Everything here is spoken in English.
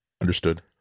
Understood